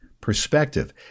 perspective